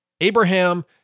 Abraham